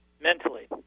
mentally